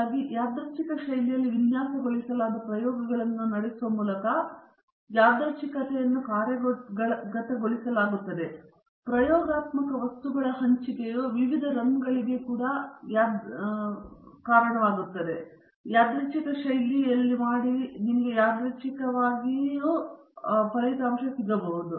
ಹಾಗಾಗಿ ಯಾದೃಚ್ಛಿಕ ಶೈಲಿಯಲ್ಲಿ ವಿನ್ಯಾಸಗೊಳಿಸಲಾದ ಪ್ರಯೋಗಗಳನ್ನು ನಡೆಸುವ ಮೂಲಕ ಯಾದೃಚ್ಛಿಕತೆಯನ್ನು ಕಾರ್ಯಗತಗೊಳಿಸಲಾಗುತ್ತದೆ ಮತ್ತು ಪ್ರಯೋಗಾತ್ಮಕ ವಸ್ತುಗಳ ಹಂಚಿಕೆಯು ವಿವಿಧ ರನ್ಗಳಿಗೆ ಕೂಡಾ ಯಾದೃಚ್ಛಿಕ ಶೈಲಿಯಲ್ಲಿ ಮಾಡಲಾಗುತ್ತದೆ